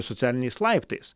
socialiniais laiptais